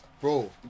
bro